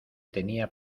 tenía